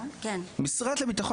בעולם מתוקן,